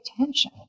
attention